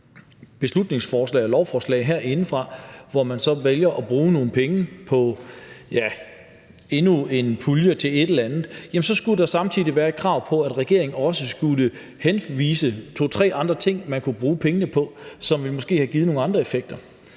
beslutningsforslag eller lovforslag, hvor man så vælger at bruge nogle penge på endnu en pulje til et eller andet, at der så samtidig skulle være et krav om, at regeringen skulle henvise til to-tre andre ting, som man kunne bruge pengene på, og som måske ville have givet nogle andre effekter.